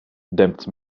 dempt